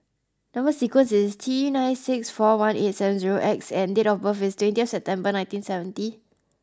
number sequence is T nine six four one eight seven zero X and date of birth is twenty September nineteen seventy